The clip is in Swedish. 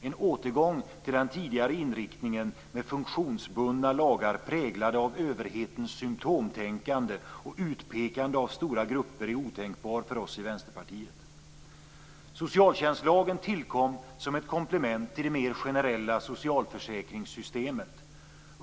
En återgång till den tidigare inriktningen med funktionsbundna lagar präglade av överhetens symtomtänkande och utpekande av stora grupper är otänkbar för oss i Vänsterpartiet. Socialtjänstlagen tillkom som ett komplement till det mer generella socialförsäkringssystemet.